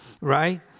right